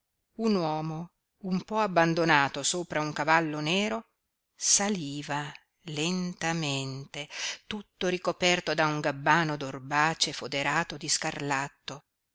un uomo un po abbandonato sopra un cavallo nero saliva lentamente tutto ricoperto da un gabbano d'orbace foderato di scarlatto